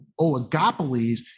oligopolies